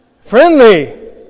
Friendly